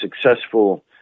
successful